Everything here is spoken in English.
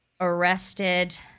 arrested